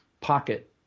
pocket